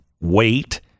wait